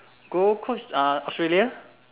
gold coast uh Australia